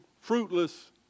fruitless